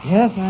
Yes